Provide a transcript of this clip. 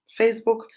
Facebook